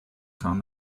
kam